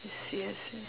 seriously